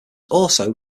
also